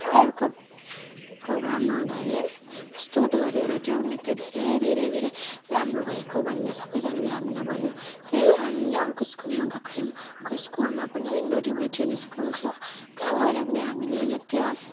अर्को प्रोग्राममा उनीहरूले प्रस्तुत गरेर त्यो नृत्य धेरै धेरै धेरै राम्रो भएको भनेर सबैजनाले हामीलाई भन्यो फेरि हामी अर्को स्कुलमा गएको थियौँ त्यो स्कुलमा पनि इन्डो टिबेटियन स्कुल थियो त्यहाँ गएर पनि हामीले नृत्य